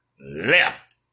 left